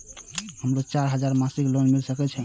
हमरो के चार हजार मासिक लोन मिल सके छे?